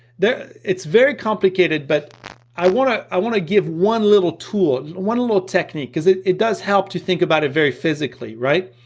it's very complicated but i wanna i wanna give one little tool, one little technique cause it it does help to think about it very physically right,